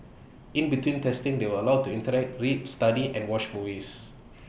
in between testing they were allowed to interact read study and watch movies